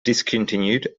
discontinued